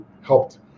helped